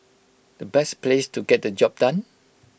the best place to get the job done